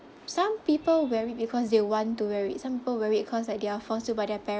some people wear it because they want to wear it some people wear it cause like they are forced to by their